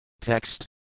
Text